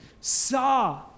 saw